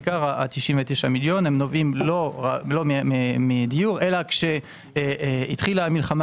עיקר ה-99 מיליון נובעים לא מדיור אלא כשהתחילה המלחמה